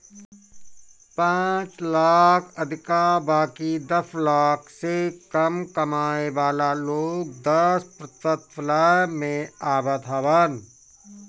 पांच लाख से अधिका बाकी दस लाख से कम कमाए वाला लोग दस प्रतिशत वाला स्लेब में आवत हवन